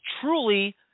truly